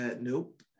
nope